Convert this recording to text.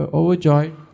overjoyed